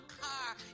car